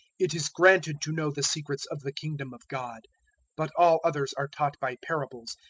it is granted to know the secrets of the kingdom of god but all others are taught by parables,